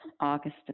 August